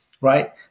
right